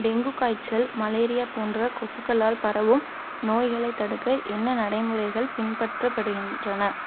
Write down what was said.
dengue காய்ச்சல் malaria போன்ற கொசுக்களால் பரவும் நோய்களை தடுக்க என்ன நடைமுறைகள் பின்பற்றப்படுகின்றன